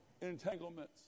entanglements